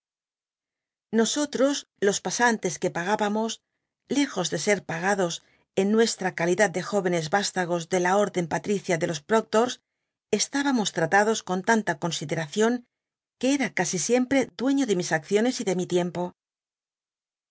nosotros los pasantes que pagábamos lejos de ser a calidad de jóvenes vtíslagos de la órden patricia de los proctor estábamos tratados con tanta consideracion que era casi siempre dueño de mis acciones y de mi tiempo